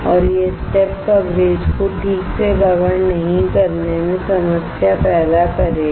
और यह step coverage को ठीक से कवर नहीं करने में समस्या पैदा करेगा